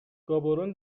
گابورون